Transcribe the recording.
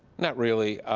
not really.